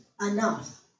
enough